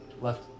Left